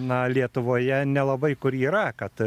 na lietuvoje nelabai kur yra kad